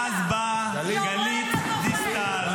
בואו נסיים עם זה.